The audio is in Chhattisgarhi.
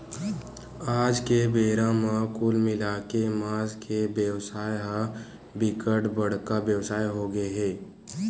आज के बेरा म कुल मिलाके के मांस के बेवसाय ह बिकट बड़का बेवसाय होगे हे